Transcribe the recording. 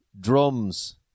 drums